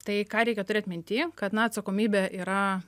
tai ką reikia turėt minty kad na atsakomybė yra